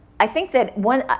i think that one.